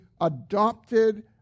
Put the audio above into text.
adopted